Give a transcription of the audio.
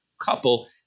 couple